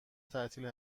تعطیل